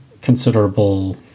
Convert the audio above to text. considerable